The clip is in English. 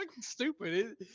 stupid